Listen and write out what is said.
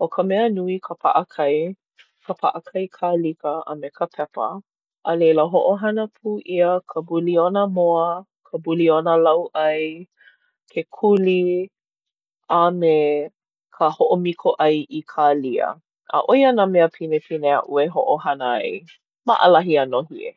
ʻO ka mea nui ka paʻakai, ka paʻakai kālika, a me ka pepa. A leila hoʻohana pū ʻia ka buliona moa, ka buliona lauʻai, ke kuli, a me ka hoʻomiko ʻai ʻĪkālia. A ʻo ia nā mea pinepine aʻu e hoʻohana ai. Maʻalahi a nōhie.